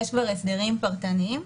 יש כבר הסדרים פרטניים,